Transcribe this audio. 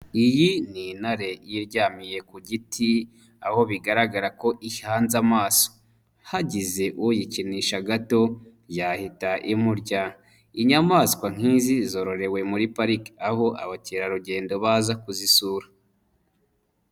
Iyi ni intare yiryamiye ku giti, aho bigaragara ko ihanze amaso, hagize uyikinisha gato yahita imurya. Inyamaswa nk'izi zororewe muri pariki aho abakerarugendo baza kuzisura.